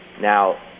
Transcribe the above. Now